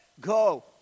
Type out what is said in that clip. go